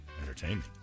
Entertainment